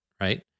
right